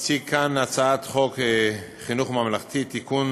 הציג כאן את הצעת חוק חינוך ממלכתי (תיקון,